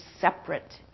separate